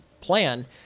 plan